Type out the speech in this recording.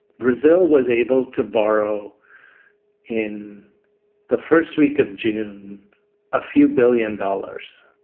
brazil was able to borrow in the first week of june a few billion dollars.